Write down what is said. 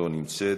לא נמצאת,